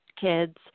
kids